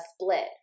split